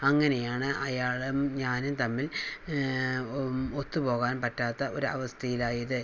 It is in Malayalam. അങ്ങനെയാണ് അയാളും ഞാനും തമ്മിൽ ഒത്തു പോകാൻ പറ്റാത്ത ഒരു അവസ്ഥയിൽ ആയത്